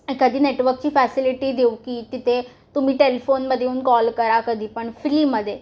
एखादी नेटवर्कची फॅसिलिटी देऊ की तिथे तुम्ही टेलिफोनमध्ये येऊन कॉल करा कधी पण फ्रीमध्ये